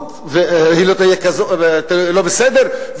ואם היא לא תהיה כזו זה לא בסדר,